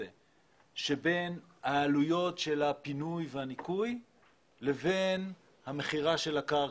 שבין העלויות של הפינוי והניקוי לבין המכירה של הקרקע.